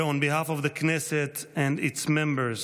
On behalf of the Knesset and its Members,